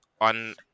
on